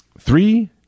Three